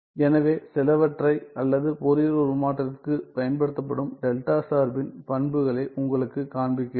எனவே சிலவற்றை அல்லது ஃபோரியர் உருமாற்றத்திற்கு பயன்படுத்தப்படும் டெல்டா சார்பின் பண்புகளை உங்களுக்குக் காண்பிக்கிறேன்